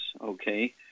okay